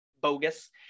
bogus